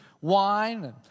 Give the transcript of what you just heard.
wine